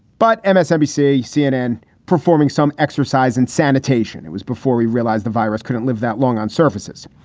but msnbc, cnn performing some exercise and sanitation. it was before we realized the virus couldn't live that long on surfaces.